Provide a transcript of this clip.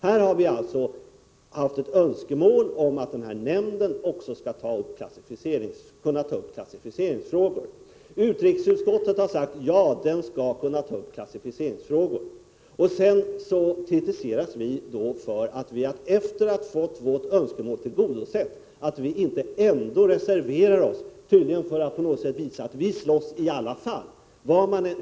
Här har vi alltså haft ett önskemål om att den nämnd det gäller också skall kunna ta upp klassificeringsfrågor. Utrikesutskottet har sagt: Ja, den skall kunna ta upp klassificeringsfrågor. Sedan kritiseras vi för att vi, efter att ha fått vårt önskemål tillgodosett, inte ändå reserverar oss — tydligen för att på något sätt visa att vi slåss i alla fall.